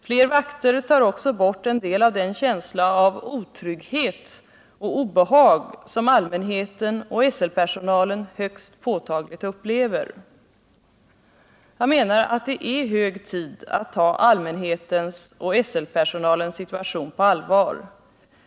Fler vakter tar också bort en del av den känsla av otrygghet och obehag som allmänheten och SL-personalen högst påtagligt upplever. Jag menar att det är hög tid att ta allmänhetens och SL-personalens situation på allvar.